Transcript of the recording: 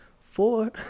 four